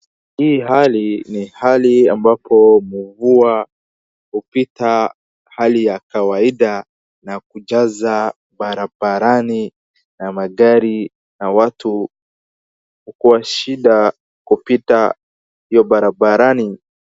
Hii hali ni hali ambapo mvua hupita hali ya kawaida na kujaza barabarani na magari na watu hukua shida kupita hiyo barabarani.